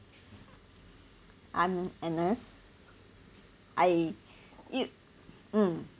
I'm agnes I you